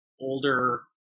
older